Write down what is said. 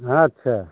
अच्छा